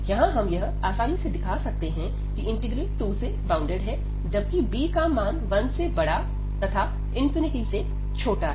यहां हम यह आसानी से दिखा सकते हैं कि इंटीग्रल 2 से बाउंडेड है जबकि b का मान 1 से बड़ा तथा से छोटा है